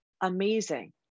amazing